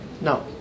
No